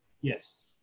Yes